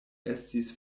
estis